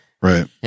Right